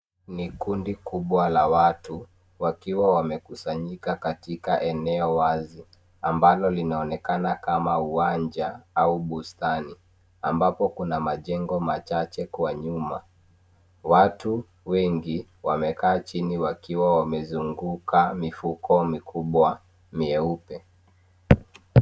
Ni kundi kubwa la watu wakiwa wamekusanyika katika eneo wazi ambalo linaonekana kama uwanja au bustani ambapo kuna majengo machache kwa nyuma. Watu wengi wamekaa chini wakiwa wamezunguka mifuko mikubwa mieupe.